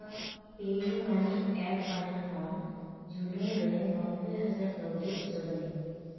ᱤᱧᱟᱹᱜ PayUmoney app wallet ᱠᱷᱚᱱ ᱡᱩᱞᱩᱝ ᱨᱮ ᱱᱚᱵᱽᱵᱚᱭ ᱦᱟᱡᱟᱨ ᱠᱟᱹᱣᱰᱤ ᱩᱪᱟᱹᱲ ᱢᱮ